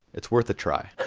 it's worth a try.